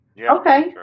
okay